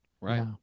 Right